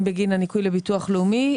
האם בגין הניכוי לביטוח לאומי,